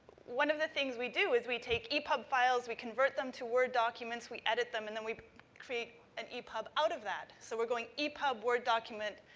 one of the things we do is we take epub files, we convert them to word documents, we edit them, and then we create an epub out of that. so, we're going epub, word document,